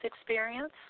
experience